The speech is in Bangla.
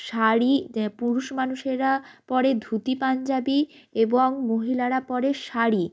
শাড়ি পুরুষ মানুষেরা পরে ধুতি পাঞ্জাবি এবং মহিলারা পরে শাড়ি